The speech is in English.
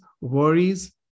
worries